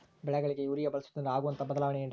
ಬೆಳೆಗಳಿಗೆ ಯೂರಿಯಾ ಬಳಸುವುದರಿಂದ ಆಗುವಂತಹ ಬದಲಾವಣೆ ಏನ್ರಿ?